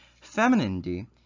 Femininity